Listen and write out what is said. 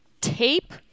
tape